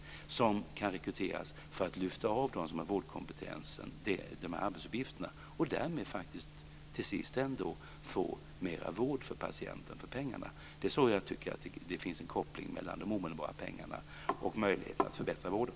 Dessa människor skulle kunna lyfta av dem som har vårdkompetens dessa arbetsuppgifter. Därmed skulle man till sist ändå få mer vård för patienten för pengarna. Det är den kopplingen jag tycker finns mellan de omedelbara pengarna och möjligheten att förbättra vården.